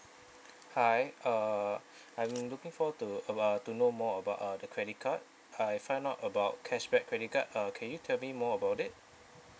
hi err I'm looking for to about to know more about uh the credit card I find out about cashback credit card uh can you tell me more about it